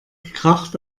gekracht